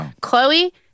Chloe